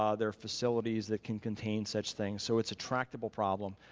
um there are facilities that can contain such things so it's a tractable problem.